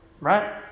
Right